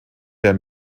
der